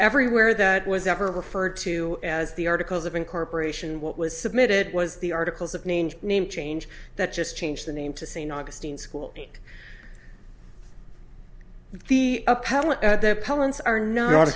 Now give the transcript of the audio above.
everywhere that was ever referred to as the articles of incorporation what was submitted was the articles of mange name change that just changed the name to st augustine school week the appellant the parents are not